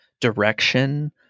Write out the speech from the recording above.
direction